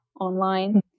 online